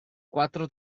quattro